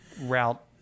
route